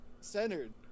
Centered